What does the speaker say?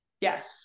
Yes